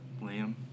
Liam